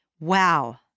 Wow